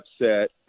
upset